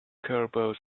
caribous